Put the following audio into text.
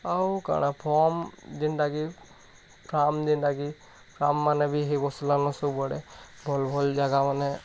ଆଉ କାଣା ଯେନତା କି ଫାର୍ମ୍ ଯେନତା କି ଫାର୍ମମାନେ ବି ହେଇ ବସିଲାନା ସବୁଆଡ଼େ ଭଲ୍ ଭଲ୍ ଜାଗାମାନେ